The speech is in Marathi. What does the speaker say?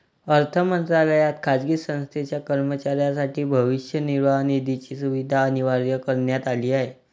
अर्थ मंत्रालयात खाजगी संस्थेच्या कर्मचाऱ्यांसाठी भविष्य निर्वाह निधीची सुविधा अनिवार्य करण्यात आली आहे